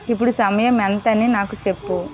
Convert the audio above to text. ఇప్పుడు సమయం ఎంత అని నాకు చెప్పు